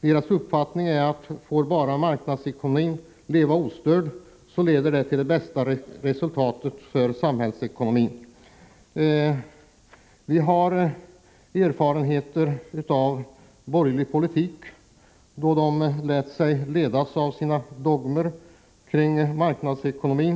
Deras uppfattning är: får bara marknadsekonomin leva ostörd, leder det till det bästa resultatet för samhällsekonomin. Vi har erfarenheter av borgerlig politik då de borgerliga lät sig ledas av sina dogmer om marknadsekonomin.